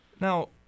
Now